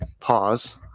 Pause